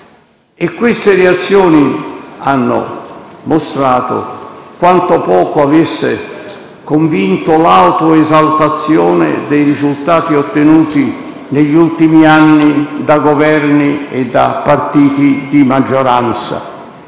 Queste reazioni hanno mostrato quanto poco avesse convinto l'autoesaltazione dei risultati ottenuti negli ultimi anni da Governi e da partiti di maggioranza.